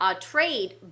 trade